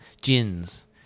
gins